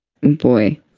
boy